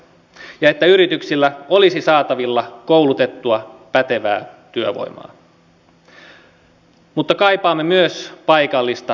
on lyhytnäköistä leikata nimenomaan elinkeinoelämää uudistavista yritystuista kun meidän pitäisi löytää uusia kasvualoja saada tuottavuutta ja kilpailukykyä